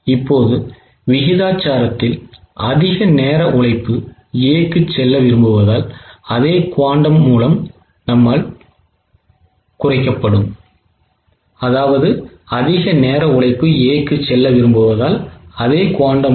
இப்போது விகிதாசாரத்தில் அதிக நேர உழைப்பு A க்குச் செல்ல விரும்புவதால் அதே குவாண்டம் மூலம் குறைப்போம்